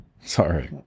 sorry